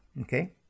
okay